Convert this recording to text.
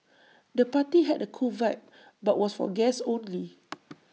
the party had A cool vibe but was for guests only